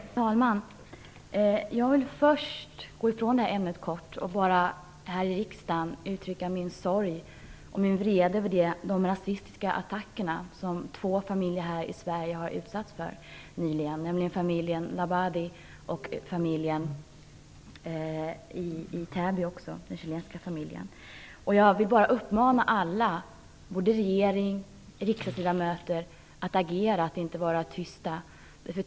Herr talman! Jag vill först gå ifrån ämnet och bara kort uttrycka min sorg och min vrede över de rasistiska attacker som två familjer här i Sverige nyligen har utsatts för, nämligen familjen Labadi och den chilenska familjen Rojas i Täby. Jag vill uppmana alla - regering och riksdagsledamöter - att agera och inte vara tysta.